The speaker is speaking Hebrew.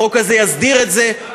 החוק הזה יסדיר את זה,